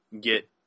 get